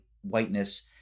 whiteness